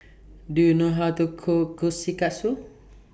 Do YOU know How to Cook Kushikatsu